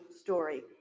story